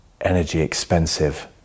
energy-expensive